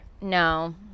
No